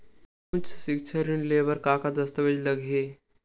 उच्च सिक्छा ऋण ले बर का का दस्तावेज लगही?